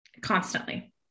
constantly